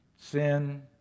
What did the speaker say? sin